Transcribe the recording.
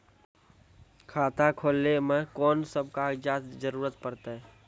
खाता खोलै मे कून सब कागजात जरूरत परतै?